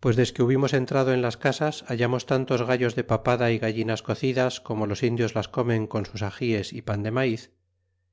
pues desque hubimos entrado en las casas hallamos tantos gallos de papada y gallinas cocidas como los indios las comen con sus agies y pan de maiz